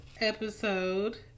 episode